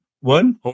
One